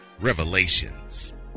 Revelations